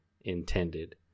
intended